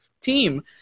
team